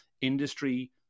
industry